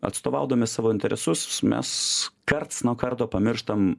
atstovaudami savo interesus mes karts nuo karto pamirštam